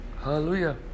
hallelujah